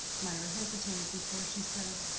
mirah hesitated before she said,